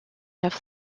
have